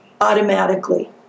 automatically